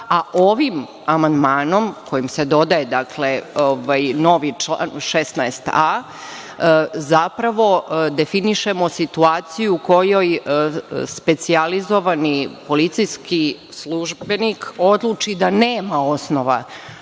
a ovim amandmanom, kojim se dodaje, dakle, novi član 16a, zapravo definišemo situaciju u kojoj specijalizovani policijski službenik odluči da nema osnova